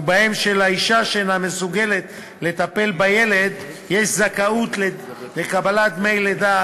ובהם שלאישה שאינה מסוגלת לטפל בילד יש זכאות לקבלת דמי לידה